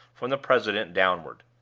from the president downward.